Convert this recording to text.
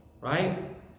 right